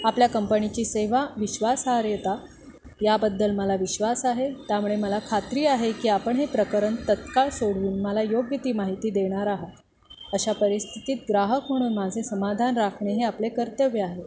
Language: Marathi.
आपल्या कंपनीची सेवा विश्वासार्हता याबद्दल मला विश्वास आहे त्यामुळे मला खात्री आहे की आपण हे प्रकरण तत्काळ सोडवून मला योग्य ती माहिती देणार आहात अशा परिस्थितीत ग्राहक म्हणून माझे समाधान राखणे हे आपले कर्तव्य आहे